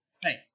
hey